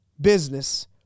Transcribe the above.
business